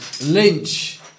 Lynch